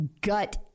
gut